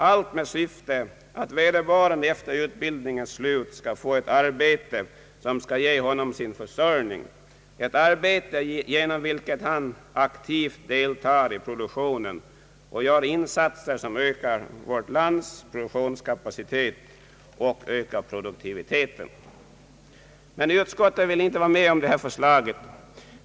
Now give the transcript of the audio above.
Allt detta görs med syfte att vederbörande elev efter utbildningens slut skall få ett arbete som skall ge honom hans försörjning, ett arbete genom vilket han aktivt deltar i produktionen och gör insatser som ökar vårt lands produktionskapacitet och ökar produktiviteten. Men utskottet vill inte vara med om detta förslag.